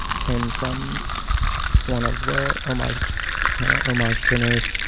came from one of the homage homage dinners